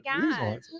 god